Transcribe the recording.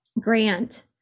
grant